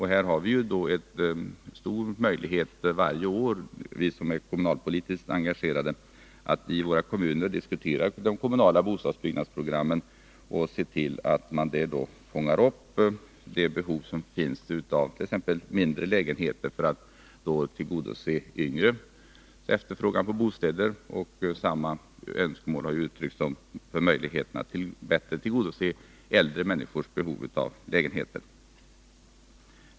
Här har vi som är kommunalpolitiskt engagerade en stor möjlighet att varje år i våra kommuner diskutera de kommunala bostadsbyggnadsprogrammen och se till att man där försöker tillgodose de behov som finns av t.ex. mindre lägenheter för att täcka de yngres efterfrågan på bostäder. Samma önskemål har uttryckts för att tillgodose äldre människors behov av lägenheter.